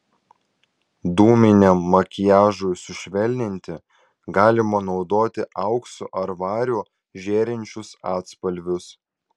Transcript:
dūminiam makiažui sušvelninti galima naudoti auksu ar variu žėrinčius atspalvius